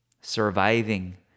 surviving